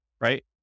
right